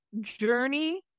journey